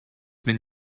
been